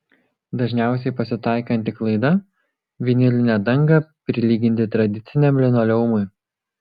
dažniausiai pasitaikanti klaida vinilinę dangą prilyginti tradiciniam linoleumui